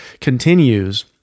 continues